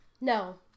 No